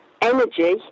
energy